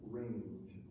range